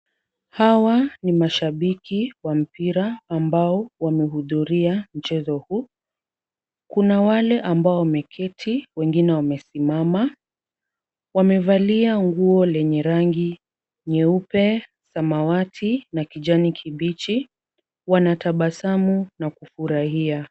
Hawa ni mashabiki wa mpira ambao wamehudhuria mchezo huu, Kuna wale ambao wameketi wengine Wamesimama , wamevalia nguo lenye rangi nyeupe, samawati na kijani kibichi , wanatabasamu na kufurahia.